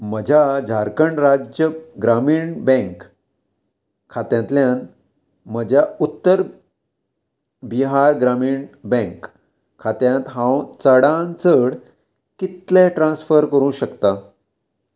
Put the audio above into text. म्हज्या झारखंड राज्य ग्रामीण बँक खात्यांतल्यान म्हज्या उत्तर बिहार ग्रामीण बँक खात्यांत हांव चडान चड कितले ट्रान्स्फर करूं शकता